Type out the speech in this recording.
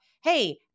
Hey